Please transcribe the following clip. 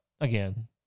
again